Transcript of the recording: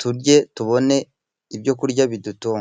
turye, tubone ibyo kurya bidutunga.